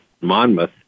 Monmouth